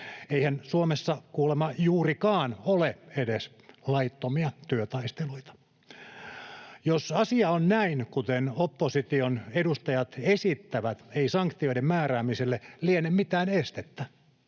Eihän Suomessa kuulemma juurikaan edes ole laittomia työtaisteluita. Jos asia on näin, kuten opposition edustajat esittävät, ei sanktioiden määräämiselle liene mitään estettä.